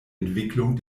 entwicklung